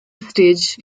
stage